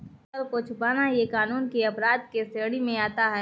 कर को छुपाना यह कानून के अपराध के श्रेणी में आता है